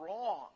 wrong